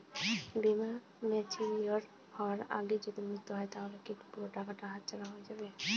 বীমা ম্যাচিওর হয়ার আগেই যদি মৃত্যু হয় তাহলে কি পুরো টাকাটা হাতছাড়া হয়ে যাবে?